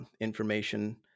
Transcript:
information